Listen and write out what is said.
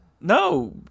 No